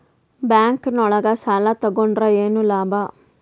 Bank ನೊಳಗ ಸಾಲ ತಗೊಂಡ್ರ ಏನು ಲಾಭ?